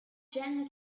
jan